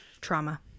trauma